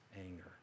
anger